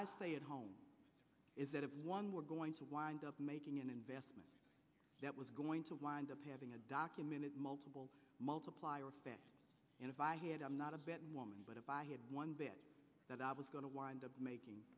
i say at home is that if one were going to wind up making an investment that was going to wind up having a documented multiple multiplier effect and if i had i'm not a betting woman but if i had one bit that i was going to wind up making